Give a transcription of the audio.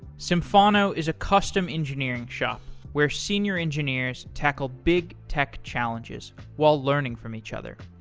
symphono is a custom engineering shop where senior engineers tackle big tech challenges while learning from each other.